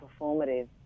performative